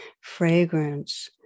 fragrance